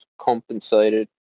compensated